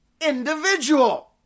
individual